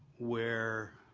where